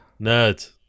Nerd